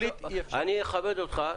אני אכבד אותך.